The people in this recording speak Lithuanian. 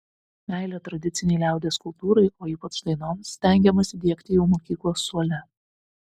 meilę tradicinei liaudies kultūrai o ypač dainoms stengiamasi diegti jau mokyklos suole